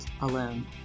alone